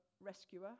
rescuer